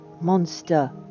monster